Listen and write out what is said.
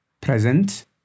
Present